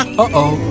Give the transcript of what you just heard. Uh-oh